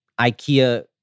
IKEA